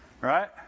right